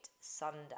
Sunday